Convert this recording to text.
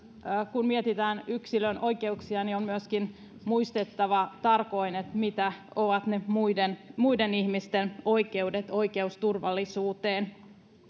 kun mietitään yksilön oikeuksia on myöskin muistettava tarkoin mitä ovat ne muiden muiden ihmisten oikeudet oikeus turvallisuuteen